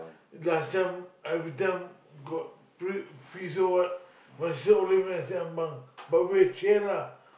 last time every time got pr~ feast or what my sister always make Nasi-Ambeng but we share lah